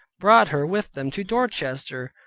brought her with them to dorchester,